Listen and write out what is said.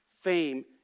fame